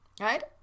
right